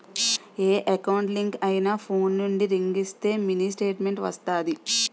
ఏ account link అయినా phone నుండి ring ఇస్తే మినీ స్టేట్మెంట్ వస్తాది